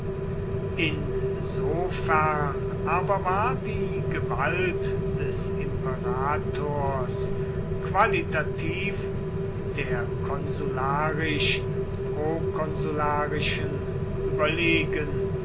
insofern aber war die gewalt des imperators qualitativ der konsularisch prokonsularischen überlegen